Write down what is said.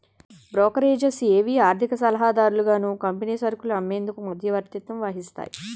brokerages ఏవి ఆర్థిక సలహాదారులుగాను కంపెనీ సరుకులు అమ్మేందుకు మధ్యవర్తత్వం వహిస్తాయి